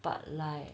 but like